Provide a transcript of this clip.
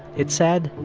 it said,